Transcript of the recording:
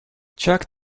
check